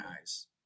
eyes